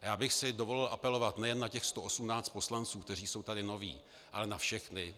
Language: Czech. Já bych si dovolil apelovat nejen na těch 118 poslanců, kteří jsou tady noví, ale na všechny.